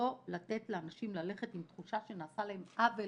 לא לתת לאנשים ללכת עם תחושה שנעשה להם עוול,